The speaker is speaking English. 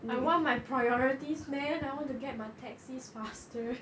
I want my priorities man I want to get my taxis faster